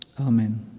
Amen